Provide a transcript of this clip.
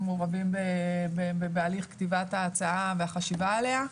מעורבים בהליך כתיבת ההצעה והחשיבה עליה.